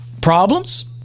problems